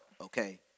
Okay